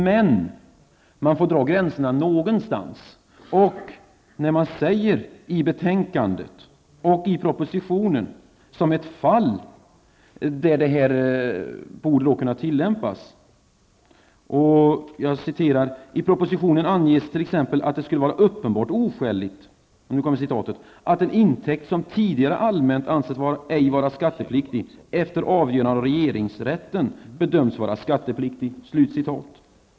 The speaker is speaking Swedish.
Men man måste dra gränserna någonstans. I betänkandet och i propositionen nämns ett fall där detta borde kunna tillämpas: I propositionen anges t.ex. att det skulle vara uppenbart oskäligt ''att en intäkt som tidigare allmänt ansetts ej vara skattepliktig efter avgörande av regeringsrätten bedömts vara skattepliktig''.